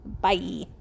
Bye